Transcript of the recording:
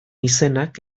izenak